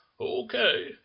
okay